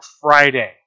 Friday